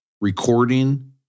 recording